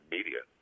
media